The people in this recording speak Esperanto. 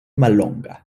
mallonga